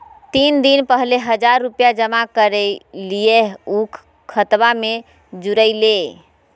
तीन दिन पहले हजार रूपा जमा कैलिये, ऊ खतबा में जुरले?